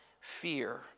fear